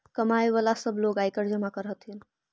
कमाय वला सब लोग आयकर जमा कर हथिन